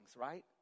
right